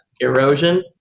erosion